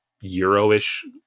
Euro-ish